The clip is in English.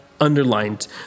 underlined